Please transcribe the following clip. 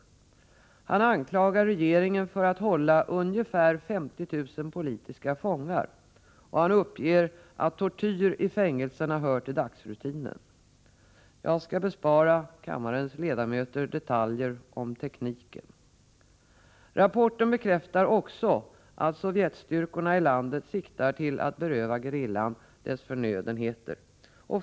Rapporten anklagar regeringen för att hålla ungefär 50 000 politiska fångar och uppger att tortyr i fängelserna hör till dagsrutinen. Jag skall bespara kammarens ledamöter detaljer om tekniken. Rapporten bekräftar också att Sovjetstyrkorna i landet siktar till att beröva gerillan dess förnödenheter.